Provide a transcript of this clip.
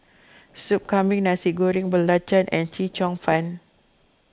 Sup Kambing Nasi Goreng Belacan and Chee Cheong Fun